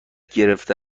گرفته